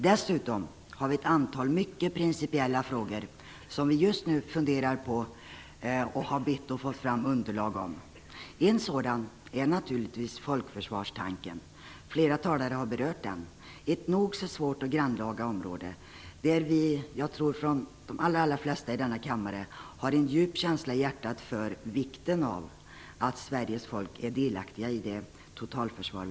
Dessutom har vi ett antal mycket principiella frågor som vi just nu funderar på och har bett att få fram underlag för. En sådan är folkförsvarstanken. Flera talare har berört den. Det är ett svårt och grannlaga område, och jag tror att de allra flesta i kammaren i sitt hjärta har en djup känsla för vikten av att Sveriges folk är delaktigt i vårt totalförsvar.